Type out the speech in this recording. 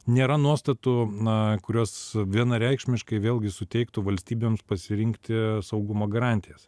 nėra nuostatų na kurios vienareikšmiškai vėlgi suteiktų valstybėms pasirinkti saugumo garantijas